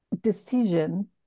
decision